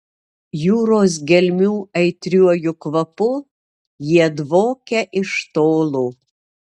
jūros gelmių aitriuoju kvapu jie dvokia iš tolo